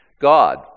God